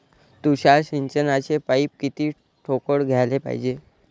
तुषार सिंचनाचे पाइप किती ठोकळ घ्याले पायजे?